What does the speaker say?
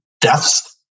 deaths